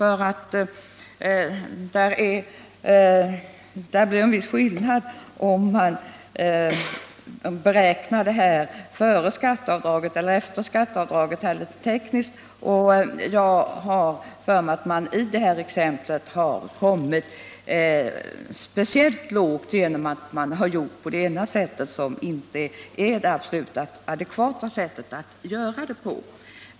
Det blir en viss skillnad om man beräknar sjukpenningavdraget före eller efter skatteavdraget. Jag har för mig att man i det här exemplet kommer speciellt lågt genom att man väljer ett oriktigt sätt att räkna på.